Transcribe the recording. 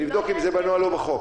לבדוק אם זה בנוהל או בחוק.